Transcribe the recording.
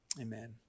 Amen